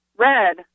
Red